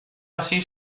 así